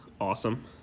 awesome